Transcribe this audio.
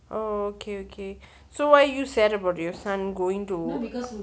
okay okay so why you said about your son going to